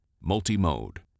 Multi-mode